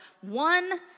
one